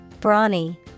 Brawny